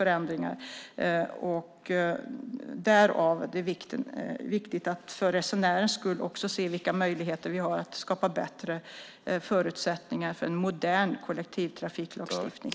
Därför är det viktigt, för resenärens skull, att se vilka möjligheter vi har att skapa bättre förutsättningar för en modern kollektivtrafiklagstiftning.